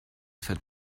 fett